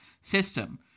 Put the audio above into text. system